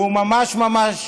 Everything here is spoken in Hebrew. והוא ממש ממש